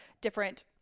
different